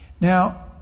Now